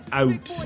out